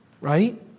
Right